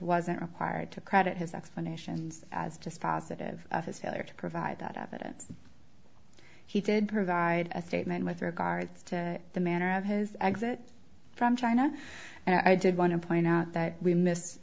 wasn't required to credit his explanations as dispositive of his failure to provide that evidence he did provide a statement with regards to the manner of his exit from china and i did want to point out that we mis